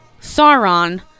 Sauron